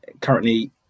currently